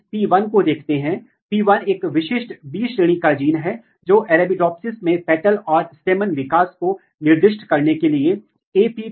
इसी तरह का एक आनुवांशिक विश्लेषण यहां दिखाया गया है कि AGAMOUS LIKE 17 एक अन्य जीन जो एक अलग मार्ग के माध्यम से काम कर रहा है लेकिन यह भी CONSTANST के नीचे है